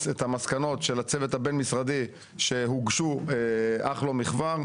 את מסקנות הצוות הבין משרדי שהוגשו אך לא מכבר,